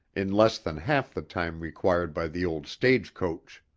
in less than half the time required by the old stage coach.